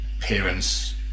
parents